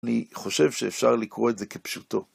אני חושב שאפשר לקרוא את זה כפשוטו.